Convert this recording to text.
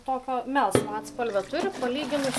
tokio melsvo atspalvio turi palyginus